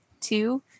two